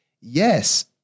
Yes